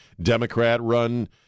Democrat-run